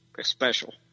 special